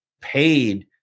paid